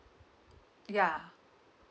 ya